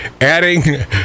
adding